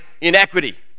inequity